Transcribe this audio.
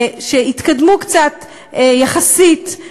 שיחסית התקדמו קצת בישראל,